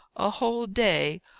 a whole day!